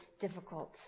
difficult